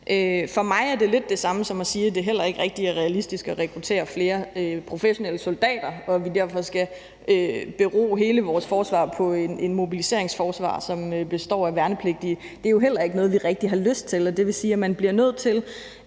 For mig er det lidt det samme som at sige, at det heller ikke rigtig er realistisk at rekruttere flere professionelle soldater, og at vi derfor skal basere hele vores forsvar på et mobiliseringsforsvar, som består af værnepligtige. Det er jo heller ikke noget, vi rigtig har lyst til, og det vil sige, at man bliver nødt til